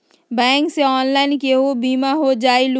Bank से online केहु बिमा हो जाईलु?